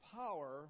power